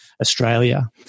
Australia